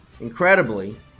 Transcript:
incredibly